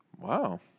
Wow